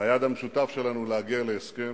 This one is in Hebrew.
והיעד המשותף שלנו הוא להגיע להסכם.